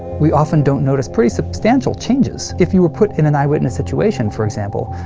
we often don't notice pretty substantial changes. if you were put in an eyewitness situation, for example,